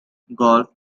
golf